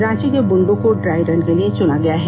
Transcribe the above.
रांची के बुंडू को dry run के लिए चुना गया है